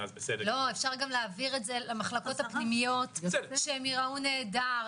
אפשר גם להעביר את זה למחלקות הפנימיות שייראו נהדר,